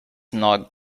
not